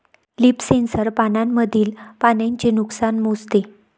leaf sensor पानांमधील पाण्याचे नुकसान मोजते